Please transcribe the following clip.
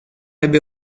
ebbe